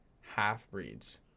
half-breeds